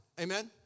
Amen